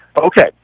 Okay